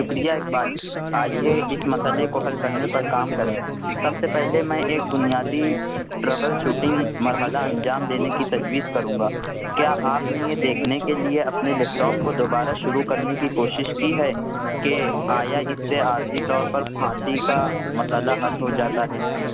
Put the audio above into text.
شکریہ اقبال آئیے اس مسئلے کو حل کرنے پر کام کریں سب سے پہلے میں ایک بنیادی ٹربل شوٹنگ مرحلہ انجام دینے کی تجویز کروں گا کیا آپ نے یہ دیکھنے کے لیے اپنے لیپٹاپ کو دوبارہ شروع کرنے کی کوشش کی ہے کہ آیا اس سے عارضی طور پر پھانسی کا مسئلہ حل ہو جاتا ہے